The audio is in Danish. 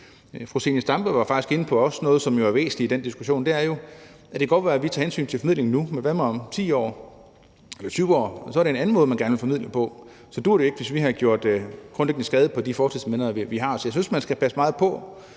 Fru Zenia Stampe var faktisk også inde på noget, der er væsentligt i den diskussion. Det kan godt være, at vi tager hensyn til formidling nu, men hvad med om 10 år eller 20 år? Så er det en anden måde, man gerne vil formidle på. Så duer det ikke, hvis vi har gjort grundlæggende skade på de fortidsminder, vi har. Så jeg synes, at vi skal passe meget på